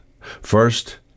First